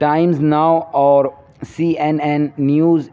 Times Now اور C N N news